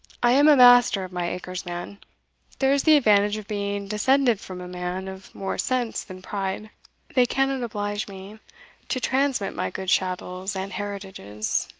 i am master of my acres, man there is the advantage of being descended from a man of more sense than pride they cannot oblige me to transmit my goods chattels, and heritages,